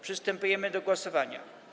Przystępujemy do głosowania.